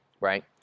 right